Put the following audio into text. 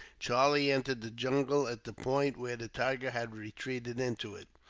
charlie entered the jungle at the point where the tiger had retreated into it.